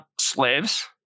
slaves